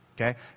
okay